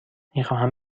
میخواهم